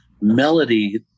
melody